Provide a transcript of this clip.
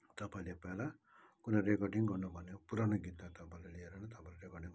तपाईँले पहिला कुनै रेकर्डिङ गर्नु भन्यो पुरानो गीतलाई तपाईँले लिएर तपाईँले रेकर्डिङ गर्नुहोस्